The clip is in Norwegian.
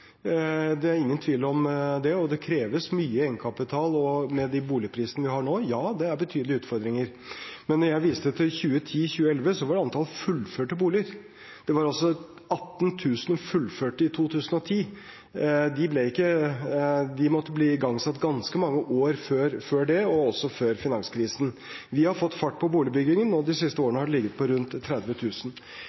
Det er ingen tvil om det. Det kreves mye egenkapital, og med de boligprisene vi har nå, er det betydelige utfordringer. Men når jeg viste til 2010–2011, var det antall fullførte boliger. Det var 18 000 fullførte i 2010. De måtte bli igangsatt ganske mange år før det, og også før finanskrisen. Vi har fått fart på boligbyggingen, og de siste årene har antallet ligget på rundt